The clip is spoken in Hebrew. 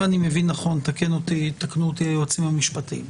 אם אני מבין נכון, יתקנו אותי היועצים המשפטיים,